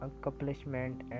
accomplishment